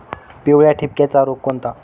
पिवळ्या ठिपक्याचा रोग कोणता?